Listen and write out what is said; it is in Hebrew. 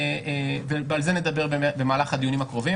ועל זה נדבר במהלך הדיונים הקרובים.